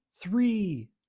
three